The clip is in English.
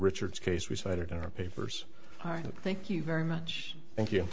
richards case we cited in our papers thank you very much thank you